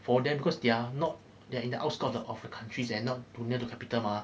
for them because they're not they're in the outskirts of the countries and not too near to the capital mah